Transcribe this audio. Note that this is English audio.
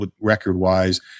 record-wise